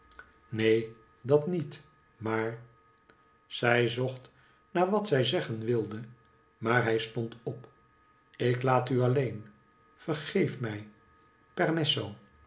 neen dat niet maar zij zocht naar wat zij zeggen wilde maar hij stond op ik laat u alleen vergeef mij permesso